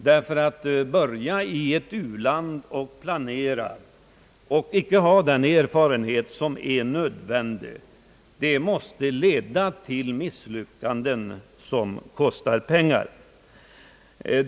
Ty att börja i ett u-land och planera och icke ha den erfarenhet som är nödvändig, det måste leda till misslyckanden som kostar pengar.